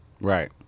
Right